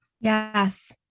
Yes